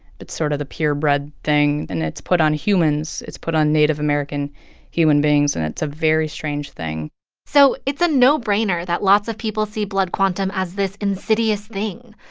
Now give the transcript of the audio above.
but sort of the purebred thing. and it's put on humans it's put on native american human beings, and it's a very strange thing so it's a no-brainer that lots of people see blood quantum as this insidious thing,